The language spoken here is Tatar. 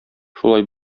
шулай